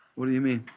what do you mean?